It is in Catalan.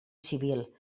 civil